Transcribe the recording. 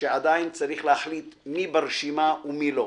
שעדיין צריך להחליט מי ברשימה ומי לא,